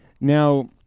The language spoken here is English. Now